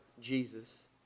Jesus